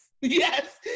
Yes